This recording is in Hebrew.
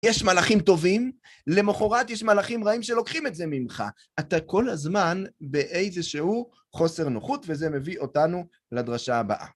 יש מלאכים טובים, למחרת יש מלאכים רעים שלוקחים את זה ממך. אתה כל הזמן באיזשהו חוסר נוחות, וזה מביא אותנו לדרשה הבאה.